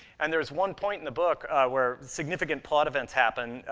and there's one point in the book where significant plot events happen.